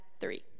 three